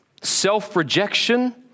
self-rejection